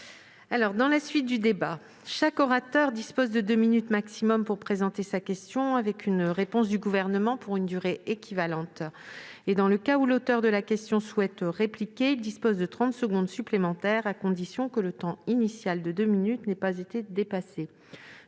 Je rappelle que chaque orateur dispose de deux minutes au maximum pour présenter sa question avec une réponse du Gouvernement pour une durée équivalente. Dans le cas où l'auteur de la question souhaite répliquer, il dispose de trente secondes supplémentaires à condition que le temps initial de deux minutes n'ait pas été dépassé.